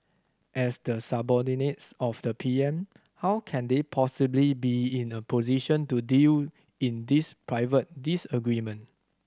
as the subordinates of the P M how can they possibly be in a position to deal in this private disagreement